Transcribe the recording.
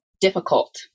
Difficult